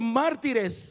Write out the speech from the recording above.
mártires